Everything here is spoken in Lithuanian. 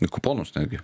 ir kuponus netgi